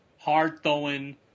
hard-throwing